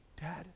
Dad